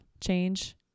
change